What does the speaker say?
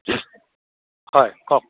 হয় কওক